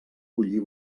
bullir